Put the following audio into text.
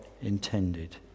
intended